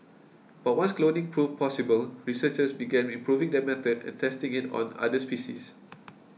but once cloning proved possible researchers began improving their method and testing it on other species